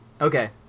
Okay